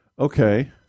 Okay